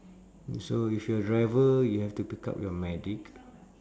so if you are driver you have to pick up your medic